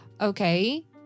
Okay